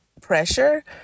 pressure